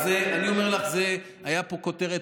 אז אני אומר לך שהייתה פה כותרת